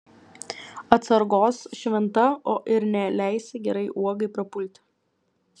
atsargos šventa o ir neleisi gerai uogai prapulti